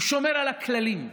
הוא שומר על הכללים,